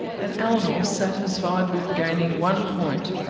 and elinor, satisfied with gaining one point,